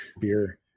beer